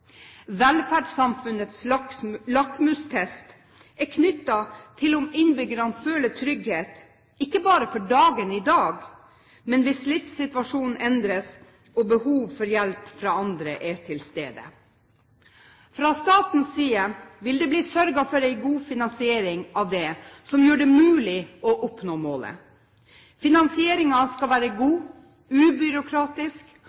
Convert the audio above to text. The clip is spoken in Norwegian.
Velferdssamfunnets lakmustest er knyttet til om innbyggerne føler trygghet, ikke bare for dagen i dag, men også hvis livssituasjonen endres og behov for hjelp fra andre er til stede. Fra statens side vil det bli sørget for en god finansiering av dette, som gjør det mulig å oppnå målet. Finansieringen skal være